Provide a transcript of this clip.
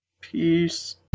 Peace